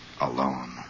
alone